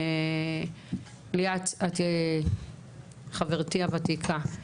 ליאת, את חברתי הוותיקה.